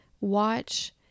watch